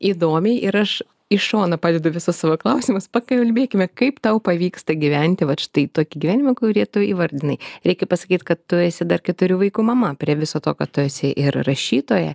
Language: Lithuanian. įdomiai ir aš į šoną padedu visus savo klausimus pakalbėkime kaip tau pavyksta gyventi vat štai tokį gyvenimą kurį tu įvardinai reikia pasakyt kad tu esi dar keturių vaikų mama prie viso to kad tu esi ir rašytoja